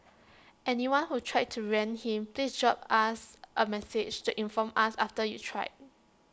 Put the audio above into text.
anyone who tried to rent him please drop us A message to inform us after you've tried